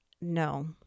no